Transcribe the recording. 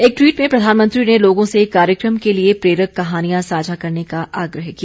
एक ट्वीट में प्रधानमंत्री ने लोगों से कार्यक्रम के लिए प्रेरक कहानियां साझा करने का आग्रह किया